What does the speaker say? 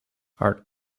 art